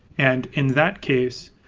and in that case,